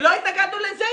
לא התנגדו לזה,